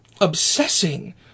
obsessing